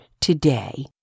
today